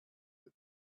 that